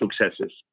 successes